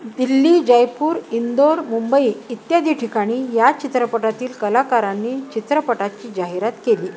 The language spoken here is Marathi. दिल्ली जयपूर इंदोर मुंबई इत्यादी ठिकाणी या चित्रपटातील कलाकारांनी चित्रपटाची जाहिरात केली